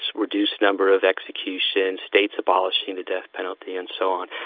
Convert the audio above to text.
reduced number of executions, states abolishing the death penalty and so on.